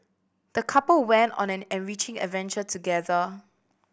the couple went on an enriching adventure together